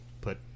put